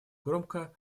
громко